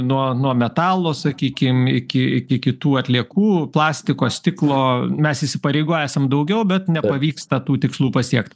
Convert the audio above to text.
nuo nuo metalo sakykim iki iki kitų atliekų plastiko stiklo mes įsipareigoję esam daugiau bet nepavyksta tų tikslų pasiekt